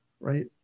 Right